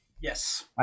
Yes